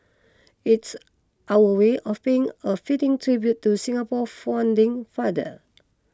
it's our way of paying a fitting tribute to Singapore founding father